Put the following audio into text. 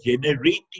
generating